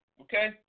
Okay